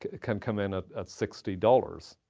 can come in at at sixty dollars.